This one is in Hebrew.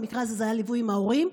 במקרה הזה, זה היה עם ליווי של ההורים,